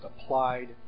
applied